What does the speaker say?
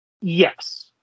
Yes